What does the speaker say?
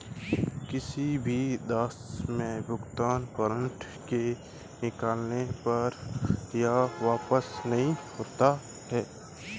किसी भी दशा में भुगतान वारन्ट के निकलने पर यह वापस नहीं होता है